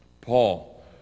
Paul